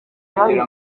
bikorwe